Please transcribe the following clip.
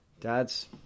Dad's